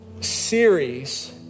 series